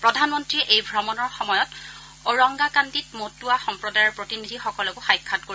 প্ৰধানমন্ত্ৰীয়ে এই ভ্ৰমণৰ সময়ত অৰাংকান্দিত মটুৱা সম্প্ৰদায়ৰ প্ৰতিনিধিসকলকো সাক্ষাৎ কৰিব